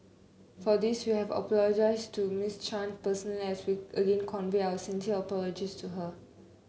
for this we have apologised to Miss Chan personally as we again convey our sincere apologies to her